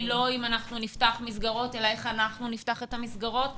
לא אם אנחנו נפתח מסגרות אלא איך אנחנו נפתח את המסגרות.